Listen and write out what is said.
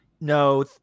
No